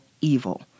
evil